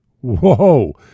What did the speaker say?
Whoa